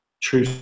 true